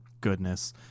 goodness